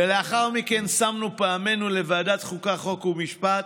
ולאחר מכן שמנו פעמינו לוועדת החוקה, חוק ומשפט,